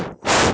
!wah!